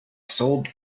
sold